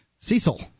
Cecil